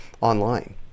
online